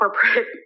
corporate